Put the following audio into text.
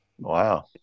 Wow